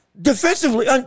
defensively